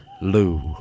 Lou